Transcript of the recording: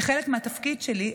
כחלק מהתפקיד שלי,